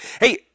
Hey